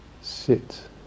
sit